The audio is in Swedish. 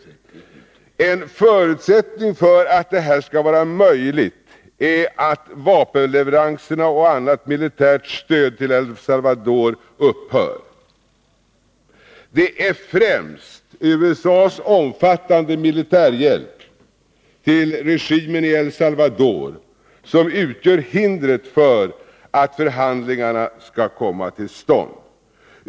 Måndagen den En förutsättning för att detta skall vara möjligt är att vapenleveranserna 22 november 1982 och annat militärt stöd till El Salvador upphör. Det är främst USA:s omfattande militärhjälp till regimen i El Salvador som utgör hindret för att Om ökat stöd till förhandlingarna skall komma till stånd.